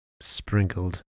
sprinkled